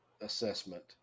assessment